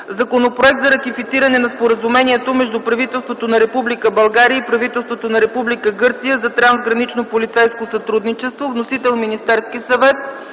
Законопроект за ратифициране на Споразумението между правителството на Република България и правителството на Република Гърция за трансгранично полицейско сътрудничество. Вносител е Министерският съвет.